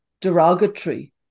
derogatory